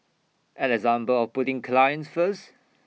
an example of putting clients first